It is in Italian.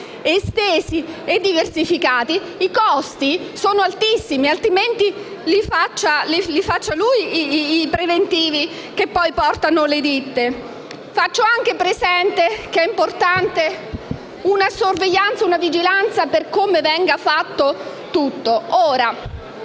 mettere un impalcato i costi sono altissimi. Altrimenti, facesse lui i preventivi che poi portano le ditte! Faccio anche presente che è importante una sorveglianza e una vigilanza per come tutto sarà fatto: